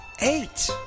Eight